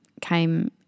came